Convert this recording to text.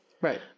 Right